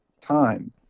time